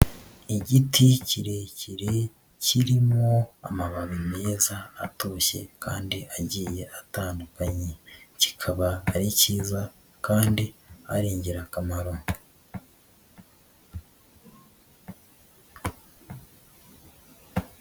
Igiti kirekire kirimo amababi meza atoshye kandi agiye atandukanye, kikaba ari cyiza kandi ari ingirakamaro.